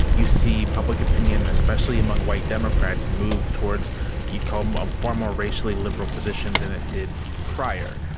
you see public opinion, especially among white democrats, move towards you'd come of far more racially liberal position than it did prior.